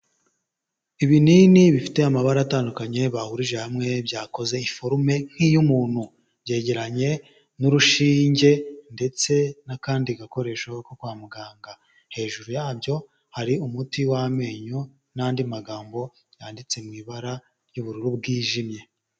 Ibinini bifite amabara atandukanye, bahurije hamwe, byakoze forume nk'iy'umuntu, byegeranye n'urushinge, ndetse n'akandi gakoresho ko kwa muganga, hejuru yabyo hari umuti w'amenyo, n'andi magambo yanditse mu ibara ry'ubururu bwijimye.